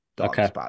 Okay